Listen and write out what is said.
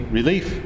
relief